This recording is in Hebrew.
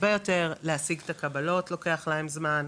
הרבה יותר להשיג את הקבלות לוקח להם זמן,